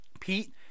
Pete